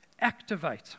activate